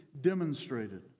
demonstrated